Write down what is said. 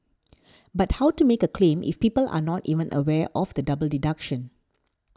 but how to make a claim if people are not even aware of the double deduction